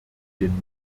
den